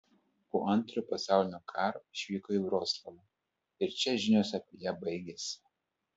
po antrojo pasaulinio karo išvyko į vroclavą ir čia žinios apie ją baigiasi